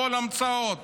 הכול המצאות.